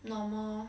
normal orh